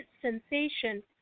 sensation